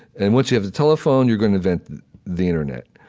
and once you have the telephone, you're going to invent the internet.